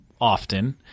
often